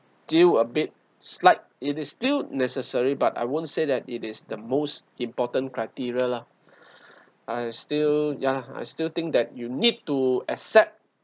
still a bit slight it is still necessary but I won't say that it is the most important criteria lah I still ya I still think that you need to accept